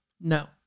No